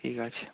ঠিক আছে